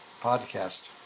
podcast